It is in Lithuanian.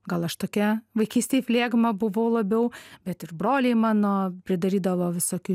gal aš tokia vaikystėj flegma buvau labiau bet ir broliai mano pridarydavo visokių